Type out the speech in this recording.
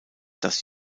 dass